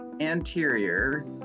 anterior